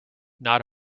not